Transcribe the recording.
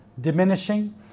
diminishing